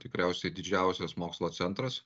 tikriausiai didžiausias mokslo centras